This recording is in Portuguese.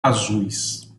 azuis